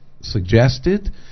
suggested